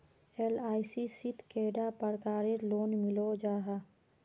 LIC शित कैडा प्रकारेर लोन मिलोहो जाहा?